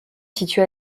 située